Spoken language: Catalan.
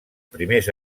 primers